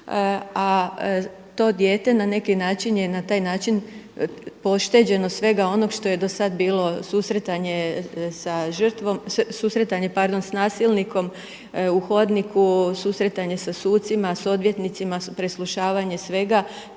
a to dijete na neki način je na taj način pošteđeno svega onog što je dosad bilo susretanje sa žrtvom, susretanje pardon s nasilnikom u hodniku, susretanje sa sucima, s odvjetnicima, preslušavanje svega